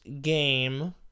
game